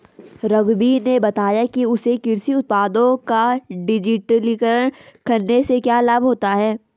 रघुवीर ने बताया कि उसे कृषि उत्पादों का डिजिटलीकरण करने से क्या लाभ होता है